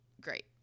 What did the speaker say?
great